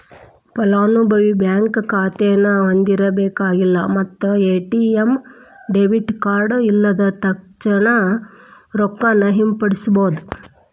ಫಲಾನುಭವಿ ಬ್ಯಾಂಕ್ ಖಾತೆನ ಹೊಂದಿರಬೇಕಾಗಿಲ್ಲ ಮತ್ತ ಎ.ಟಿ.ಎಂ ಡೆಬಿಟ್ ಕಾರ್ಡ್ ಇಲ್ಲದ ತಕ್ಷಣಾ ರೊಕ್ಕಾನ ಹಿಂಪಡಿಬೋದ್